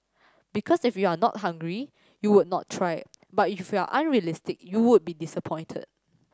because if you are not hungry you would not try but if you are unrealistic you would be disappointed